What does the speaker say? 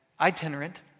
itinerant